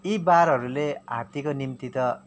यी बारहरूले हात्तीको निम्ति त